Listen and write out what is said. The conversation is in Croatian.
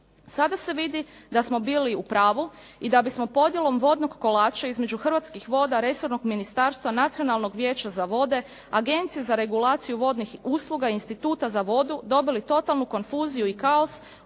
Sada se vidi da smo bili u pravu i da bismo podjelom vodnog kolača između hrvatskih voda resornog ministarstva, Nacionalnog vijeća za vode, Agencije za regulaciju vodnih usluga i Instituta za vodu dobili totalnu konfuziju i kaos